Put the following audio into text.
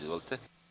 Izvolite.